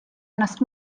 ennast